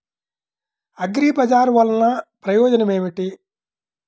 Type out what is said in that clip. అగ్రిబజార్ వల్లన ప్రయోజనం ఏమిటీ?